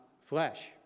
flesh